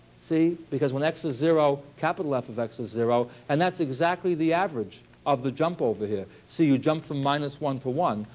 because when x is zero, capital f of x is zero. and that's exactly the average of the jump over here. so you jump from minus one to one.